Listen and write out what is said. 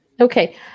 Okay